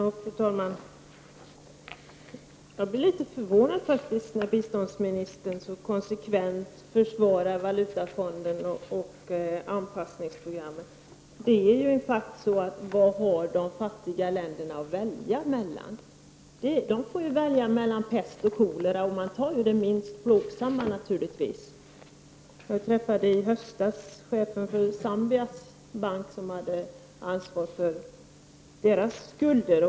Fru talman! Jag blev litet förvånad när biståndsministern så konsekvent försvarade Valutafonden och anpassningsprogrammet. Vad har de fattiga länderna att välja på? De får välja mellan pest och kolera. Man tar då naturligtvis det minst plågsamma alternativet. IT höstas träffade jag chefen för Zambias bank, som har ansvaret för deras skulder.